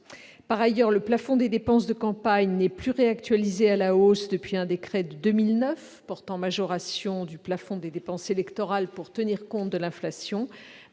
Par ailleurs, le plafond des dépenses de campagne n'est plus réactualisé à la hausse depuis un décret de 2009 portant majoration du plafond des dépenses électorales pour tenir compte de l'inflation.